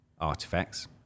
artifacts